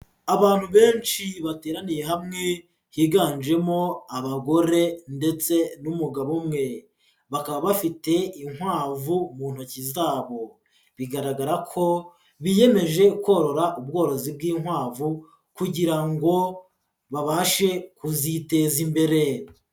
Abantu benshi bateraniye hamwe higanjemo abagore ndetse n'umugabo umwe, bakaba bafite inkwavu mu ntoki zabo, bigaragara ko biyemeje korora ubworozi bw'inkwavu kugira ngo babashe kuziteza imbere.